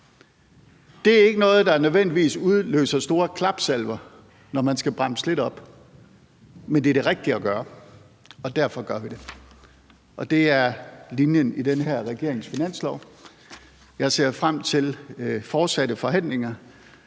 Det er ikke noget, der nødvendigvis udløser store klapsalver, når man skal bremse lidt op, men det er det rigtige at gøre, og derfor gør vi det. Det er linjen i den her regerings finanslov. Jeg ser frem til fortsatte forhandlinger